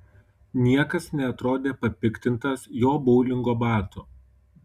niekas neatrodė papiktintas jo boulingo batų